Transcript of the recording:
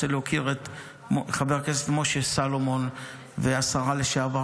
להוקיר את חבר הכנסת משה סולומון והשרה לשעבר,